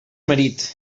marit